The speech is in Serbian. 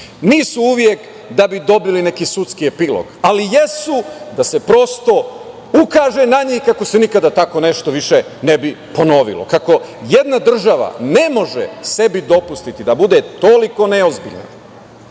nisu uvek da bi dobili neki sudski epilog, ali jesu da se prosto ukaže na njih, kako se nikada tako nešto više ne bi ponovilo. Kako jedna država sebi ne može dopustiti da bude toliko neozbiljna,